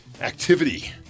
activity